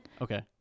okay